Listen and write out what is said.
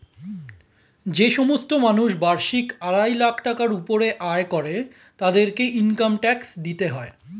যে সমস্ত মানুষ বার্ষিক আড়াই লাখ টাকার উপরে আয় করে তাদেরকে ইনকাম ট্যাক্স দিতে হয়